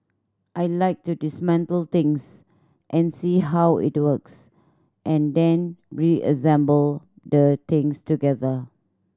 I like to dismantle things and see how it works and then reassemble the things together